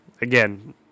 Again